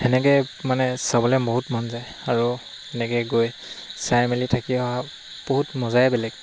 তেনেকৈ মানে চাবলৈ বহুত মন যায় আৰু এনেকৈ গৈ চাই মেলি থাকি অ বহুত মজাই বেলেগ